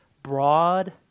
broad